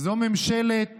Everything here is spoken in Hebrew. זו ממשלת